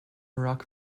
rock